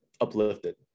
uplifted